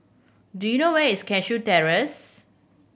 do you know where is Cashew Terrace